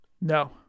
no